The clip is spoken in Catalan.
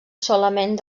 solament